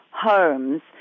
homes